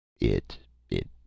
It—it